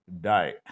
die